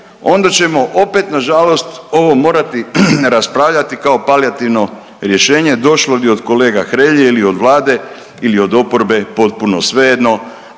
onda ćemo opet nažalost ovo morati raspravljati kao palijativno rješenje, došlo ili od kolega Hrelje ili od Vlade ili od oporbe, potpuno svejedno,